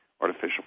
artificial